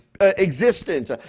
existence